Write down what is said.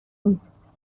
نیست